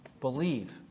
Believe